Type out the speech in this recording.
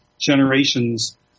generations